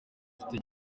afite